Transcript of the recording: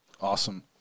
Awesome